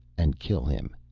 and kill him.